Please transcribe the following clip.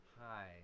Hi